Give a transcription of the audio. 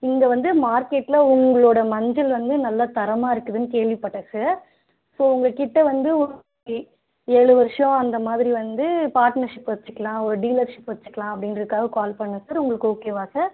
இங்கே வந்து மார்க்கெட்டில் உங்களோடய மஞ்சள் வந்து நல்ல தரமாக இருக்குதுனு கேள்விப்பட்டேன் சார் ஸோ உங்கள்கிட்ட வந்து ஒரு டீல் ஏழு வருஷம் அந்த மாதிரி வந்து பார்ட்னர்ஷிப் வச்சுக்கலாம் ஒரு டீலர்ஷிப் வச்சுக்கலாம் அப்படின்றதுக்காக கால் பண்ணிணேன் சார் உங்களுக்கு ஓகேவா சார்